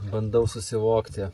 bandau susivokti